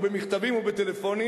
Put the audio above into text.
ובמכתבים ובטלפונים,